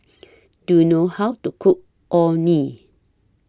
Do YOU know How to Cook Orh Nee